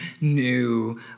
new